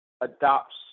adopts